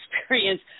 experience